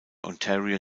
ontario